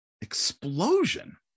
explosion